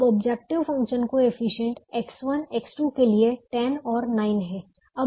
अब objective function coefficient X1 X2 के लिए 10 और 9 है